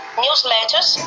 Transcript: newsletters